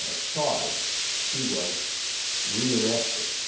ah charge he was re-arrested.